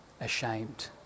ashamed